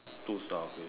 two star okay